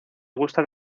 gusta